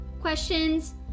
questions